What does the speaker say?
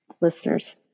listeners